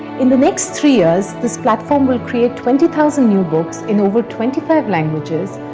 in the next three years, this platform will create twenty thousand new books in over twenty five languages,